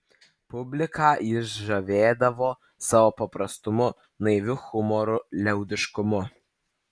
publiką jis žavėdavo savo paprastumu naiviu humoru liaudiškumu